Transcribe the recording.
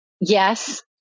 Yes